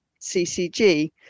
CCG